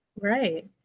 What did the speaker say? Right